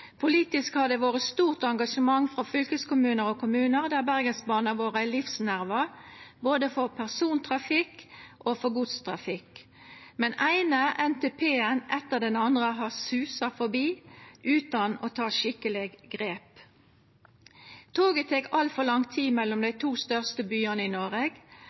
Politisk har det vore stort engasjement frå fylkeskommunar og kommunar, der Bergensbanen har vore ein livsnerve både for persontrafikk og for godstrafikk. Men den eine NTP-en etter den andre har susa forbi, utan å ta skikkeleg grep. Toget tek altfor lang tid mellom dei to største byane i Noreg.